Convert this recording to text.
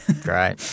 Great